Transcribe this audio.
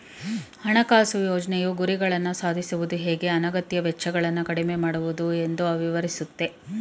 ಹಣಕಾಸು ಯೋಜ್ನೆಯು ಗುರಿಗಳನ್ನ ಸಾಧಿಸುವುದು ಹೇಗೆ ಅನಗತ್ಯ ವೆಚ್ಚಗಳನ್ನ ಕಡಿಮೆ ಮಾಡುವುದು ಎಂದು ವಿವರಿಸುತ್ತೆ